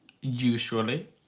usually